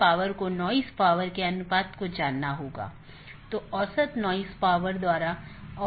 update message का उपयोग व्यवहार्य राउटरों को विज्ञापित करने या अव्यवहार्य राउटरों को वापस लेने के लिए किया जाता है